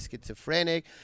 schizophrenic